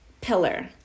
pillar